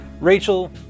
Rachel